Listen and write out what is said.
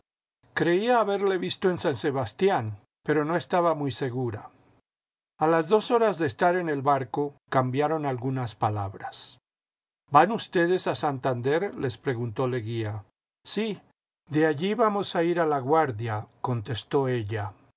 creía haberle visto en san sebastián pero no estaba muy segura a las dos horas de estar en el barco cambiaron algunas palabras van ustedes a santander les preguntó leguía sí de allí vamos a ir a laguardla contestó ella